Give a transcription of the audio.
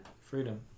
Freedom